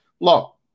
Look